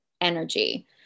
energy